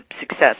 success